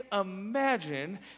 imagine